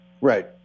Right